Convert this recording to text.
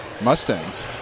Mustangs